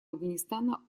афганистана